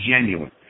genuine